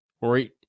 Right